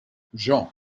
jean